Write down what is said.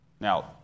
now